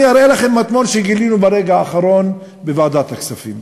אני אראה לכם מטמון שגילינו ברגע האחרון בוועדת הכספים.